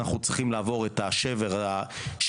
אנחנו צריכים לעבור את שבר יגור.